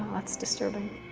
that's disturbing.